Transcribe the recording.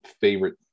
favorite